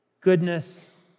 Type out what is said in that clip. Goodness